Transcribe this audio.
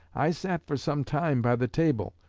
i sat for some time by the table,